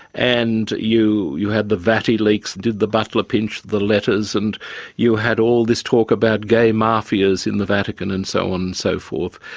and you you had the vatileaks did the butler pinch the letters? and you had all this talk about gay mafias in the vatican and so on and so forth.